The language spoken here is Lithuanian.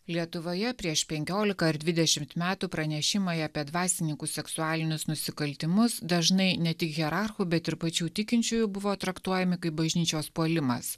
lietuvoje prieš penkiolika ar dvidešimt metų pranešimai apie dvasininkų seksualinius nusikaltimus dažnai ne tik hierarchų bet ir pačių tikinčiųjų buvo traktuojami kaip bažnyčios puolimas